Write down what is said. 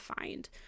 find